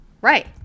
Right